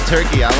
Turkey